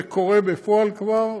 זה קורה בפועל כבר,